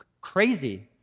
crazy